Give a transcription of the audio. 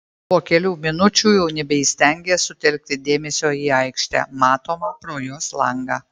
po kelių minučių jau nebeįstengė sutelkti dėmesio į aikštę matomą pro jos langą